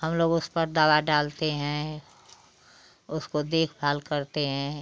हम लोग उस पर दवा डालते हैं उसको देख भाल करते हैं